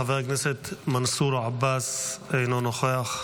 חבר הכנסת מנסור עבאס, אינו נוכח.